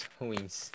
ruins